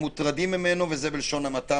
מוטרדים ממנו בלשון המעטה,